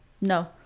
No